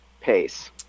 pace